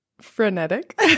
frenetic